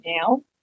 now